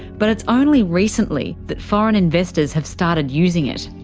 but it's only recently that foreign investors have started using it.